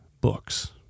books